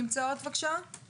שמחייבות בידוד בית של השבים.